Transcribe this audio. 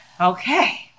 Okay